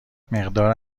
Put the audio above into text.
مقدار